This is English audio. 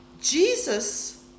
Jesus